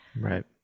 Right